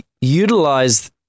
Utilize